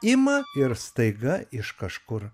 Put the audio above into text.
ima ir staiga iš kažkur